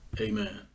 Amen